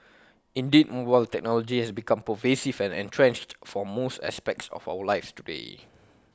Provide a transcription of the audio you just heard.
indeed mobile technology has become pervasive and entrenched for most aspects of our lives today